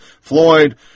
Floyd